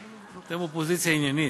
אם כן, בקשת הפיצול אושרה.